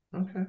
Okay